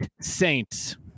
Saints